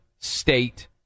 state